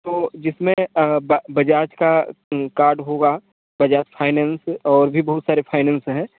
तो जिस में बजाज का कार्ड होगा बजाज फाइनेंस और भी बहुत सारे फाइनेंस हैं